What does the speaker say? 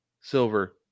silver